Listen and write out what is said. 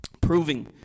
Proving